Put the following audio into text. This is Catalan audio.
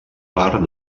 part